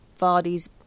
Vardy's